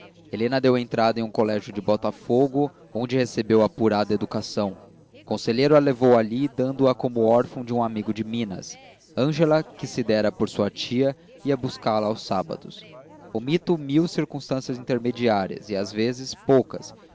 helena deu entrada em um colégio de botafogo onde recebeu apurada educação o conselheiro a levou ali dando a como órfã de um amigo de minas ângela que se dera por sua tia ia buscá-la aos sábados omito mil circunstâncias intermediárias e as vezes poucas